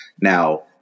now